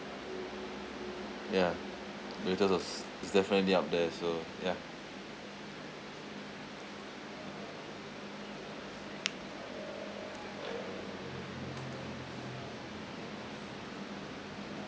ya doritos was is definitely up there so ya